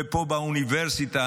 ופה באוניברסיטה,